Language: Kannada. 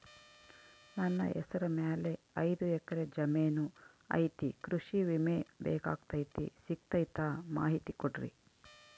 ನನ್ನ ಹೆಸರ ಮ್ಯಾಲೆ ಐದು ಎಕರೆ ಜಮೇನು ಐತಿ ಕೃಷಿ ವಿಮೆ ಬೇಕಾಗೈತಿ ಸಿಗ್ತೈತಾ ಮಾಹಿತಿ ಕೊಡ್ರಿ?